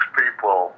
people